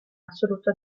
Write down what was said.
assoluto